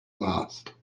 last